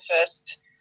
first